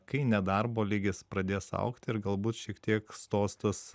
kai nedarbo lygis pradės augti ir galbūt šiek tiek stos tas